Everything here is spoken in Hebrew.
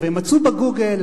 ה"סופר-טנקר" ומצאו ב"גוגל",